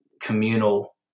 communal